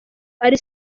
ari